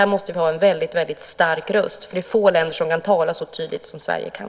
Här måste vi ha en väldigt stark röst eftersom det är få länder som kan tala så tydligt som Sverige kan.